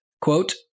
quote